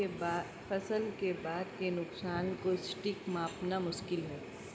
फसल के बाद के नुकसान को सटीक मापना मुश्किल है